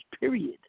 period